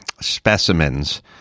specimens